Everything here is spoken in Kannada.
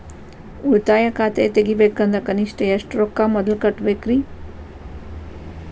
ಉಳಿತಾಯ ಖಾತೆ ತೆಗಿಬೇಕಂದ್ರ ಕನಿಷ್ಟ ಎಷ್ಟು ರೊಕ್ಕ ಮೊದಲ ಕಟ್ಟಬೇಕ್ರಿ?